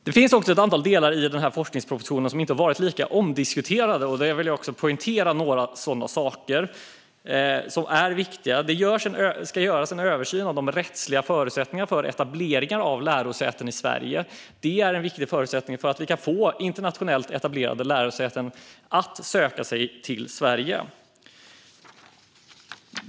Det finns ett antal delar i forskningspropositionen som inte har varit lika omdiskuterade, och jag vill poängtera några sådana saker som är viktiga. Det ska göras en översyn av rättsliga förutsättningar för etablering av lärosäten i Sverige. Det är en viktig förutsättning för att vi ska få internationellt etablerade lärosäten att söka sig till Sverige.